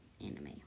anime